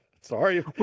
sorry